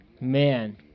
man